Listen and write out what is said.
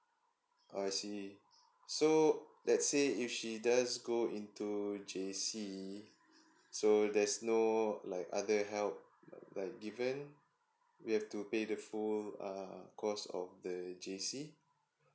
I see so let's say if she does go into J_C so there's no like other help that given we have to pay the full uh cost of the J_C